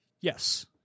Yes